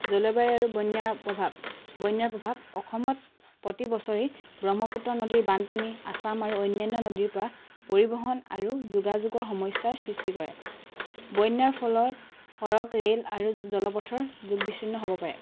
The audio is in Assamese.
জলবায়ু আৰু বন্যাৰ প্ৰভাৱ বন্যাৰ প্ৰভাৱ অসমত প্ৰতি বছৰে ব্ৰহ্মপুত্ৰ নদীৰ বানপানী অসম আৰু অন্যান্য নদীৰ পৰা পৰিবহণ আৰু যোগাযোগৰ সমস্যাৰ সৃষ্টি কৰে বন্যাৰ ফলত সৰগ ৰে'ল আৰু জলপথৰ যোগ বিচ্ছিন্ন হ'ব পাৰে